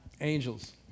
Angels